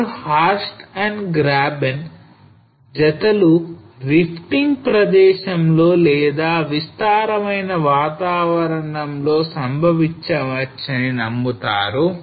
కొందరు horst and Graben జతలు rifting ప్రదేశంలో లేదా విస్తారమైన వాతావరణంలో సంభవించవచ్చని నమ్ముతారు